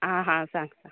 आं हा सांग सांग